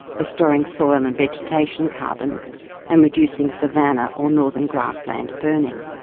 restoring soil and vegetation carbon and reducing savannah or northern grassland burning.